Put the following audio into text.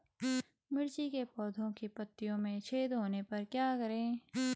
मिर्ची के पौधों के पत्तियों में छेद होने पर क्या करें?